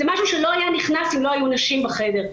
זה משהו שלא היה נכנס אם לא היו נשים בחדר.